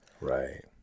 Right